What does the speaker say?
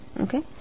Okay